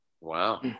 wow